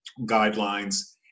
guidelines